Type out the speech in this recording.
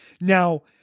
Now